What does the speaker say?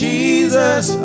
Jesus